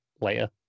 later